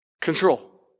Control